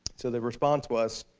so their response was,